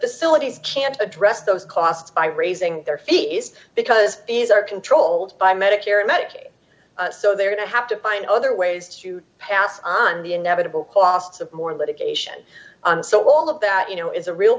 facilities can't address those costs by raising their fees because these are controlled by medicare and medicaid so they're going to have to find other ways to pass on the inevitable costs of more litigation so all of that you know is a real